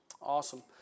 Awesome